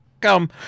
come